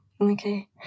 okay